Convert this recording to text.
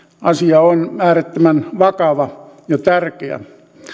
asia on äärettömän vakava ja tärkeä